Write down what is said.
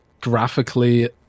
graphically